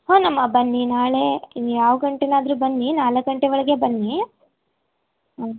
ಹ್ಞೂನಮ್ಮ ಬನ್ನಿ ನಾಳೆ ಯಾವ ಗಂಟೆಗಾದ್ರೂ ಬನ್ನಿ ನಾಲ್ಕು ಗಂಟೆ ಒಳಗೆ ಬನ್ನಿ ಹ್ಞೂ